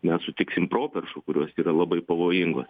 mes sutiksim properšų kurios yra labai pavojingos